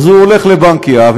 אז הוא הולך לבנק יהב,